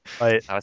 right